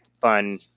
fun